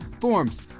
forms